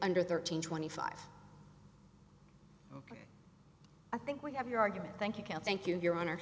under thirteen twenty five i think we have your argument thank you thank you your hon